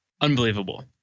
Unbelievable